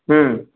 হুম